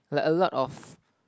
like a lot of